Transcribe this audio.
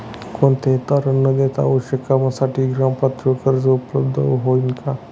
कोणतेही तारण न देता आवश्यक कामासाठी ग्रामपातळीवर कर्ज उपलब्ध होईल का?